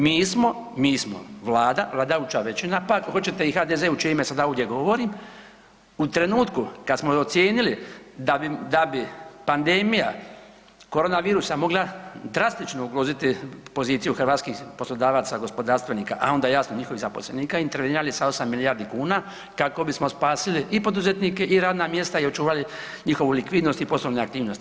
Mi smo Vlada, vladajuća većina pa ako hoćete i HDZ-e u čije ime sada govorim u trenutku kada smo ocijenili da bi pandemija korona virusa mogla drastično ugroziti poziciju hrvatskih poslodavaca, gospodarstvenika, a onda jasno njihovih zaposlenika intervenirali sa 8 milijardi kuna kako bismo spasili i poduzetnike, i radna mjesta i očuvali njihovu likvidnost i poslovne aktivnosti.